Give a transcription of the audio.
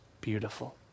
beautiful